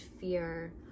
fear